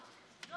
אדוני היושב-ראש,